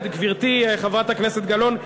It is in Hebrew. גברתי חברת הכנסת גלאון,